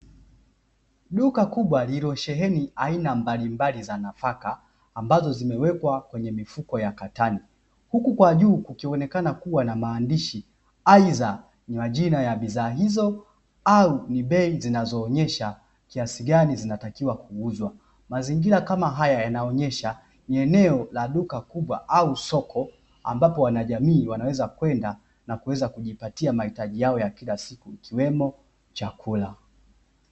Duka kubwa lililosheheni aina mbalimbali za nafaka, ambazo zimewekwa kwenye mifuko ya katani, huku kwa juu kukionekana kuwa na maandishi, aidha ni majina ya bidhaa hizo au ni bei zinazoonesha ni kiasi gani zinatakiwa kuuzwa. Mazingira kama haya yanaonesha ni eneo la duka kubwa au soko, ambapo wanajamii wanaweza kwenda na kuweza kujipatia mahitaji yao ya kila siku ikiwemo chakula.